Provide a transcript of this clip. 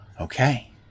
Okay